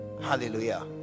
Hallelujah